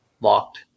locked